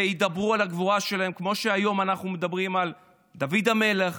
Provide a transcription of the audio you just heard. וידברו על הגבורה שלהם כמו שהיום אנחנו מדברים על דוד המלך,